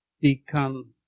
become